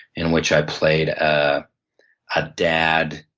in which i played a ah dad.